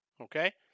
okay